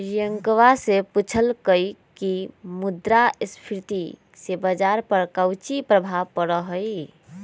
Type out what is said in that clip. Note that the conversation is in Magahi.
रियंकवा ने पूछल कई की मुद्रास्फीति से बाजार पर काउची प्रभाव पड़ा हई?